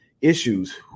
issues